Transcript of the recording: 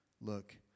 look